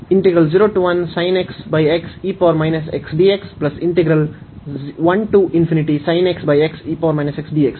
ಈ ಕಾರ್ಯ